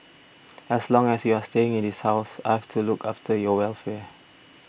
as long as you are staying in this house I've to look after your welfare